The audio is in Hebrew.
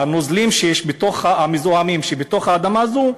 הנוזלים המזוהמים שבתוך האדמה הזו,